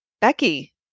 Becky